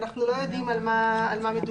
ואנחנו לא יודעים על מה מדובר.